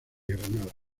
granada